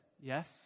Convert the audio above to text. yes